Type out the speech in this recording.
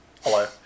Hello